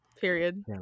Period